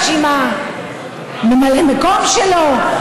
אחרי החוקים הללו,